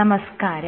നമസ്കാരം